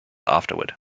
afterward